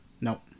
Nope